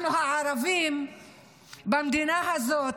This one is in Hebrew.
אנחנו, הערבים במדינה הזאת,